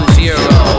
zero